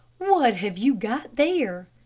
what have you got there?